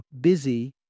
busy